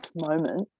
moment